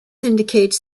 indicates